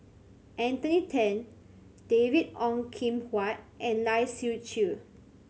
Anthony Then David Ong Kim Huat and Lai Siu Chiu